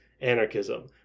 anarchism